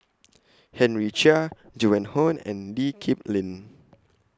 Henry Chia Joan Hon and Lee Kip Lin